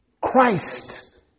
Christ